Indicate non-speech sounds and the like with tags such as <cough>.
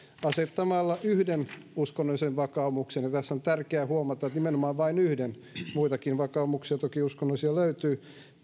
asettamalla yhden uskonnollisen vakaumuksen ja tässä on tärkeää huomata että nimenomaan vain yhden <unintelligible> kun muitakin uskonnollisia vakaumuksia toki löytyy